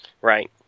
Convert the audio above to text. Right